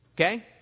Okay